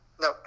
No